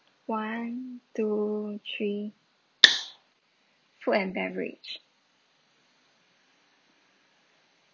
one two three food and beverage